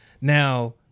Now